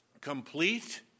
complete